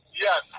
Yes